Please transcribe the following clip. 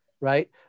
right